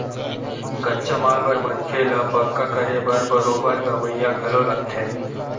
कच्चा माल बर मनखे ल पक्का करे बर बरोबर कमइया घलो लगथे